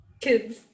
Kids